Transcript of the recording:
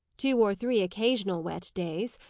two or three occasional wet days,